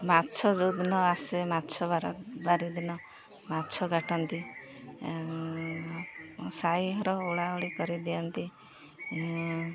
ମାଛ ଯୋଉଦିନ ଆସେ ମାଛ ବାର ବାରି ଦିନ ମାଛ କାଟନ୍ତି ସାଇଘର ଓଳା ଓଳି କରିଦିଅନ୍ତି